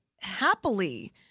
happily